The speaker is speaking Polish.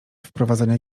wprowadzania